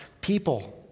people